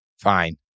fine